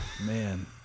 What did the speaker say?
man